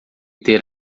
ter